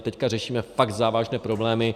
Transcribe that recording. Teď řešíme fakt závažné problémy.